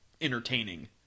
Entertaining